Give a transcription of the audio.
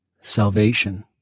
Salvation